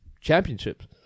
championships